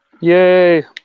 Yay